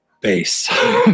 base